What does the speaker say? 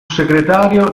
segretario